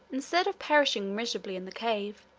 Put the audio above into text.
instead of perishing miserably in the cave,